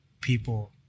people